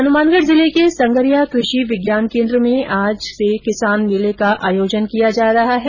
हनुमानगढ़ जिले के संगरिया कृषि विज्ञान केन्द्र में आज किसान मेले का आयोजन किया जा रहा है